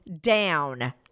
down